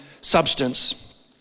substance